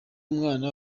mwana